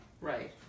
right